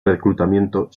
reclutamiento